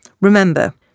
remember